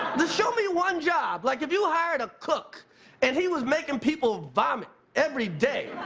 show me one job. like if you hired a cook and he was making people vomit every day,